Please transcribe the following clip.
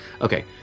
Okay